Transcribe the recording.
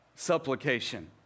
Supplication